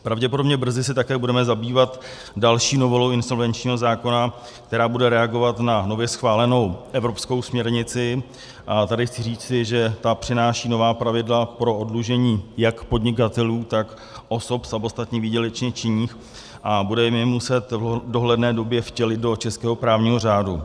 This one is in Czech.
Pravděpodobně brzy se také budeme zabývat další novelou insolvenčního zákona, která bude reagovat na nově schválenou evropskou směrnici, a tady chci říci, že ta přináší nová pravidla pro oddlužení jak podnikatelů, tak osob samostatně výdělečně činných, a budeme ji muset v dohledné době vtělit do českého právního řádu.